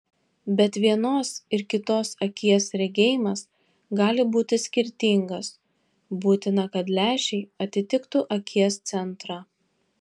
bet vienos ir kitos akies regėjimas gali būti skirtingas būtina kad lęšiai atitiktų akies centrą